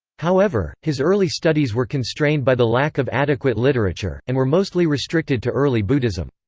however, his early studies were constrained by the lack of adequate literature, and were mostly restricted to early buddhism.